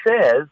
says